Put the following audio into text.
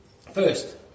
First